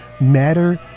matter